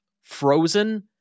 frozen